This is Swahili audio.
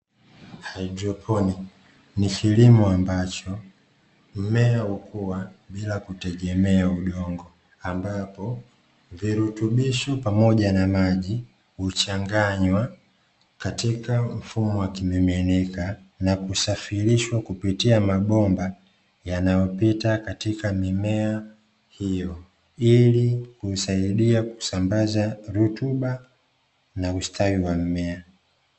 Haidroponi, ni kilimo ambacho mmea hukua bila kutegemea udongo. Ambapo virutubisho pamoja na maji huchanganywa katika mfumo wa kimiminika na kusafirishwa kupitia mabomba yanayopita katika mimea hiyo, ili kuisaidia kusambaza rutuba na ustawi wa mmea.